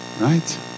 Right